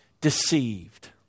deceived